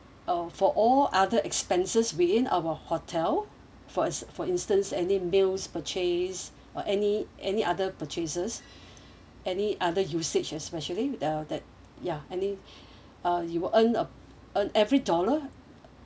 uh for all other expenses within our hotel for its for instance any meals purchase or any any other purchases any other usage especially uh that ya any uh you will earn uh earn every dollar